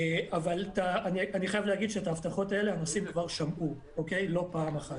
אבל אני חייב להגיד שאת ההבטחות האלה הנוסעים כבר שמעו לא פעם אחת.